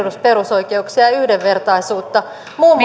perusoikeuksia ja ja yhdenvertaisuutta muun